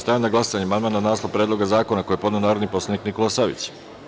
Stavljam na glasanje amandman na naslov Predloga zakona koji je podneo narodni poslanik Nikola Savić.